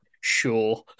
Sure